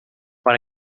what